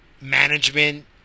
management